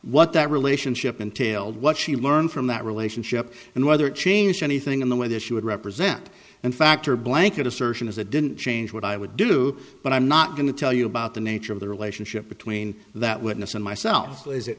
what that relationship entailed what she learned from that relationship and whether change anything in the way that she would represent and factor blanket assertion as it didn't change what i would do but i'm not going to tell you about the nature of the relationship between that witness and myself is it